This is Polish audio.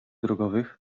drogowych